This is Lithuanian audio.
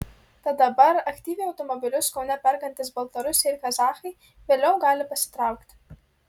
tad dabar aktyviai automobilius kaune perkantys baltarusiai ir kazachai vėliau gali pasitraukti